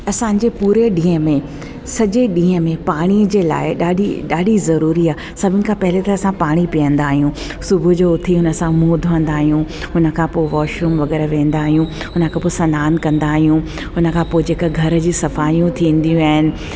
असांजे पूरे ॾींहं में सॼे ॾींहं में पाणी जे लाइ ॾाढी ॾाढी ज़रूरी आहे सभिनि खां पहिरियों त असां पाणी पीअंदा आहियूं सुबुहु जो उथी हुन सां मुंहुं धोईंदा आहियूं उन खां पोइ वॉशरूम वग़ैरह वेंदा आहियूं उन खां पोइ सनानु कंदा आहियूं उन खां पोइ जेका घर जी सफ़ाइयूं थींदियूं आहिनि